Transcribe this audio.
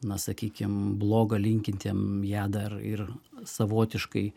na sakykim bloga linkintiem ją dar ir savotiškai